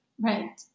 Right